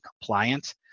compliant